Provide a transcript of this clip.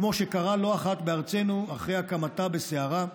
כמו שקרה לא אחת בארצנו אחרי הקמתה בסערה.